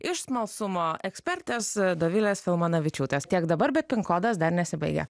iš smalsumo ekspertės dovilės filmanavičiūtės tiek dabar bet pin kodas dar nesibaigia